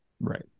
Right